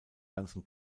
ganzen